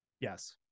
Yes